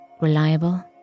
Reliable